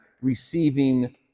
receiving